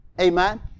Amen